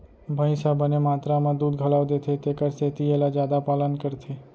भईंस ह बने मातरा म दूद घलौ देथे तेकर सेती एला जादा पालन करथे